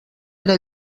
era